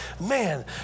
man